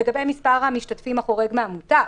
לגבי מספר המשתתפים החורג מן המותר.